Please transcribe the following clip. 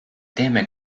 teeme